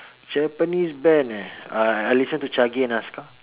Japanese band eh uh I listen to chage and aska